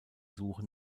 suche